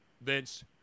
Vince –